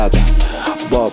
Bob